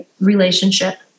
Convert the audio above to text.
relationship